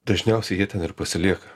dažniausiai jie ten ir pasilieka